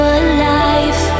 alive